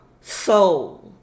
soul